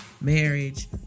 marriage